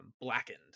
blackened